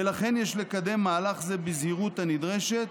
ולכן יש לקדם מהלך זה בזהירות הנדרשת,